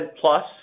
plus